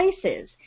places